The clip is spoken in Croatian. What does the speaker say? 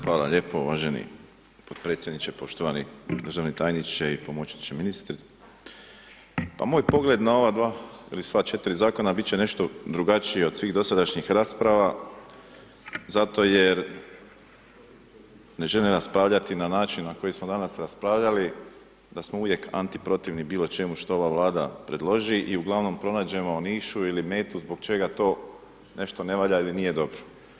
Hvala lijepo uvaženi podpredsjedniče, poštovani državni tajniče i pomočniće ministra, pa moj pogled na ova dva ili sva četiri zakona bit će nešto drugačiji od svih dosadašnjih rasprava zato je ne želim raspravljati na način na koji smo danas raspravljali da smo uvijek antiprotivni bilo čemu što ova Vlada predloži i uglavnom pronađemo nišu ili metu zbog čega to nešto ne valja ili nije dobro.